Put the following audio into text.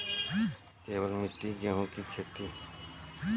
केवल मिट्टी गेहूँ की खेती?